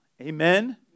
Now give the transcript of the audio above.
Amen